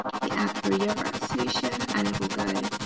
we add biuret solution and it will go